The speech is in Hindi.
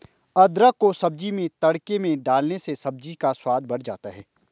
अदरक को सब्जी में तड़के में डालने से सब्जी का स्वाद बढ़ जाता है